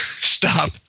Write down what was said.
Stop